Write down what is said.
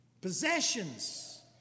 possessions